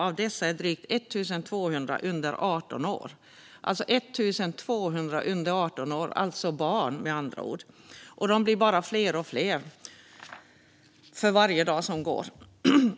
Av dessa är drygt 1 200 under 18 år, med andra ord barn. De blir bara fler och fler för varje dag som går.